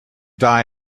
die